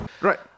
Right